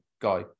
guy